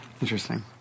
Interesting